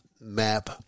map